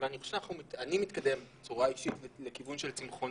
אני חושב שאני מתקדם לכיוון של צמחונות,